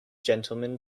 gentlemen